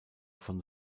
von